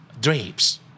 drapes